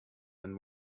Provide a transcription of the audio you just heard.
and